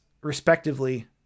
respectively